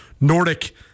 Nordic